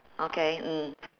okay mm